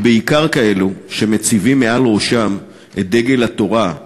ובעיקר כאלה שמציבים מעל ראשם את דגל התורה,